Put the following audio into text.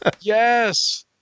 Yes